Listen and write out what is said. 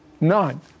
None